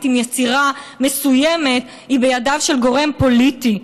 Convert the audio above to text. על יצירה מסוימת היא בידיו של גורם פוליטי,